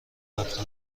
رفته